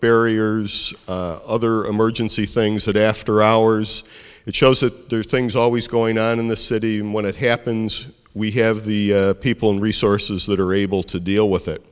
barriers other emergency things that after hours it shows that there are things always going on in the city and when it happens we have the people and resources that are able to deal with it